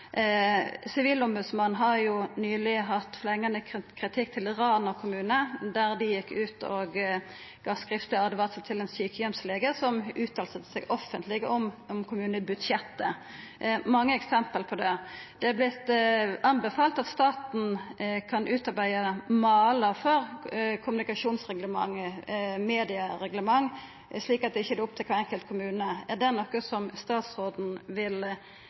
Sivilombodsmannen har jo nyleg hatt ein flengande kritikk av Rana kommune, fordi dei gjekk ut og gav skriftleg åtvaring til ein sjukeheimslege som uttala seg offentleg om kommunebudsjettet. Det finst mange eksempel på dette. Det har vorte anbefalt at staten kan utarbeida malar for mediereglement, slik at det ikkje er opp til kvar enkelt kommune. Er dette noko som statsråden vil